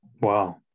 Wow